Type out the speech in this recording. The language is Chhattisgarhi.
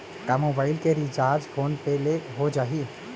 का मोबाइल के रिचार्ज फोन पे ले हो जाही?